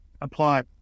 Apply